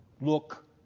Look